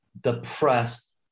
depressed